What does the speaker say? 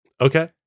Okay